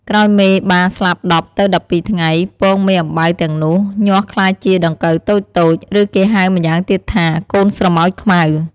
ក្រោយមេបាស្លាប់១០ ទៅ១២ថ្ងៃ ពងមេអំបៅទាំងនោះ ញាស់ក្លាយជាដង្កូវតូចៗ ឬគេហៅម្យ៉ាងទៀតថា «កូនស្រមោចខ្មៅ»។